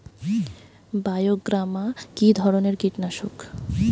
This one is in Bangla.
বায়োগ্রামা কিধরনের কীটনাশক?